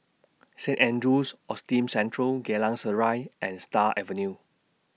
Saint Andrew's Autism Central Geylang Serai and Stars Avenue